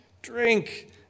Drink